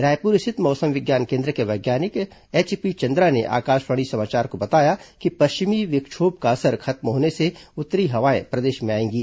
रायपुर स्थित मौसम विज्ञान केन्द्र के वैज्ञानिक एचपी चन्द्रा ने आकाशवाणी समाचार को बताया कि पश्चिम विक्षोभ का असर खत्म होने से उत्तरी हवाएं प्रदेश में आएंगी